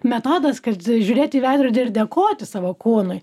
metodas kad žiūrėti į veidrodį ir dėkoti savo kūnui